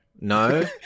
no